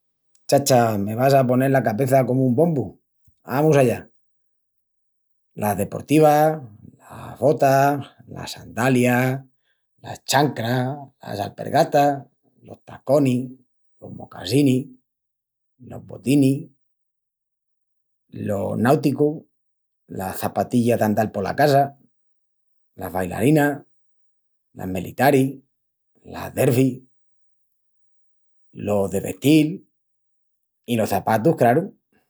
Chacha, me vas a ponel la cabeça comu un bombu. Amus allá, las deportivas, las botas, las sandalias, las chancras, las alpergatas, los taconis, los mocasinis, los botinis, los náuticus, las çapatillas d'andal pola casa, las bailarinas, las melitaris, las derbies, los de vestil... i los çapatus, craru.